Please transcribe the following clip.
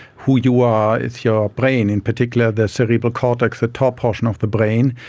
who you are, it's your brain, in particular the cerebral cortex, the top portion of the brain.